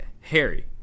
Harry